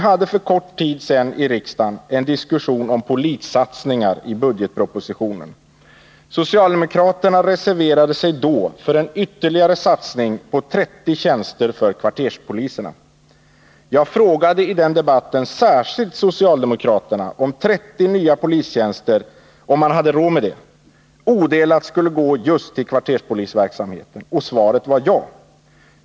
För en kort tid sedan hade vi här i riksdagen en diskussion om polissatsningar med anledning av vad som sägs i budgetpropositionen. Socialdemokraterna reserverade sig då för ytterligare en satsning på 30 tjänster på kvarterspolissidan. Jag frågade i den debatten särskilt socialdemokraterna om man hade råd att låta 30 nya polistjänster odelat gå till kvarterspolisverksamheten. Och svaret blev ja.